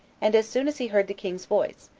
and as soon as he heard the king's voice,